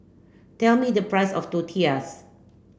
tell me the price of Tortillas